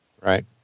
right